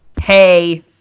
Hey